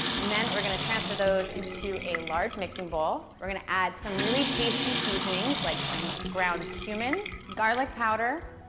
then we're going to transfer those into a large mixing bowl. we're gonna add some really tasty seasonings, like some ground cumin, garlic powder,